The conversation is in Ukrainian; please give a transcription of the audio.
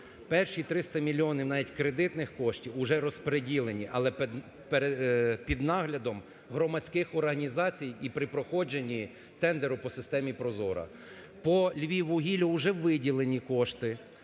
Перші 300 мільйонів навіть кредитних коштів уже розпреділені, але під наглядом громадських організацій і при проходженні тендеру по системі ProZorro. По "Львіввугілля" вже виділені кошти.